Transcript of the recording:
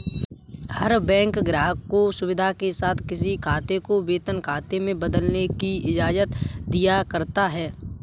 हर bank ग्राहक को सुविधा के साथ किसी खाते को वेतन खाते में बदलने की इजाजत दिया करता है